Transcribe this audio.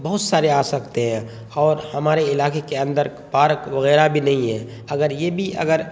بہت سارے آ سکتے ہیں اور ہمارے علاقے کے اندر پارک وغیرہ بھی نہیں ہے اگر یہ بھی اگر